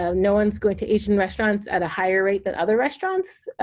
um no one's going to asian restaurants at a higher rate than other restaurants,